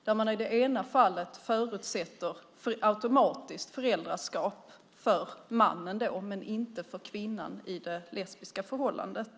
I det ena fallet förutsätter man automatiskt föräldraskap för mannen men inte för kvinnan i det lesbiska förhållandet.